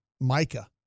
Micah